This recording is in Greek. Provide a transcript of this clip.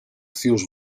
θείος